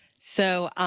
so,